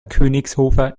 königshofer